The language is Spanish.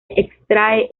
extrae